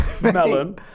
Melon